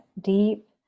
deep